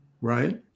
Right